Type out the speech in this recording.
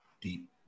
deep